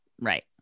Right